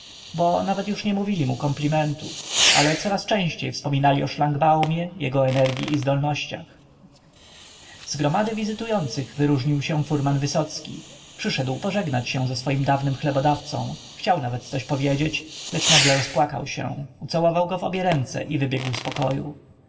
bo nawet już nie mówili mu komplimentów ale coraz częściej wspominali o szlangbaumie jego energii i zdolnościach z gromady wizytujących wyróżnił się furman wysocki przyszedł pożegnać się ze swoim dawnym chlebodawcą chciał nawet coś powiedzieć lecz nagle rozpłakał się ucałował go w obie ręce i wybiegł z pokoju